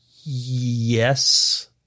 Yes